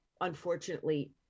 unfortunately